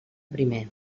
primer